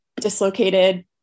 dislocated